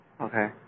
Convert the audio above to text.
Okay